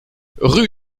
rue